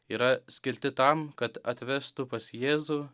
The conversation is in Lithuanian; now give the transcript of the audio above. yra skirti tam kad atvestų pas jėzų